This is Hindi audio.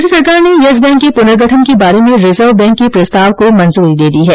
केन्द्र सरकार ने यस बैंक के पुनर्गठन के बारे में रिजर्व बैंक के प्रस्ताव को मंजूरी दे दी है